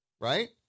right